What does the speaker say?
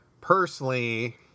personally